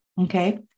Okay